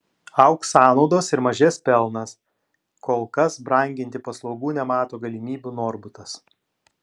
augs sąnaudos ir mažės pelnas kol kas branginti paslaugų nemato galimybių norbutas